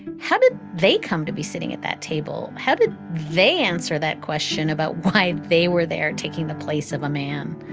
how did they come to be sitting at that table? how did they answer that question about why they were there taking the place of a man?